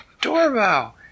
doorbell